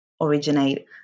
originate